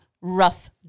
rough